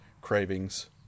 cravings